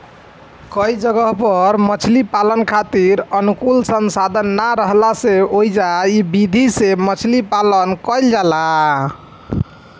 कई जगह पर मछरी पालन खातिर अनुकूल संसाधन ना राहला से ओइजा इ विधि से मछरी पालन कईल जाला